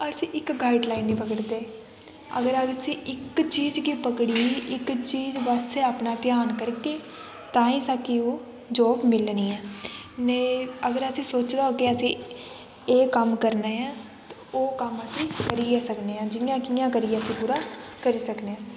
अस इक गाइडलाइन निं पकड़दे अगर अस इस इक चीज गी पकड़ी इक चीज पासै अपना ध्यान करगे ताहीं साकी ओह् जॉब मिलनी ऐ नेईं अगर असें सोचे दा होग के असें एह् कम्म करना ऐ ते ओह् कम्म असी करी गै सकनेआं जि'यां कि'यां बी करियै अस पूरा करी गै सकनेआं